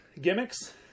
Gimmicks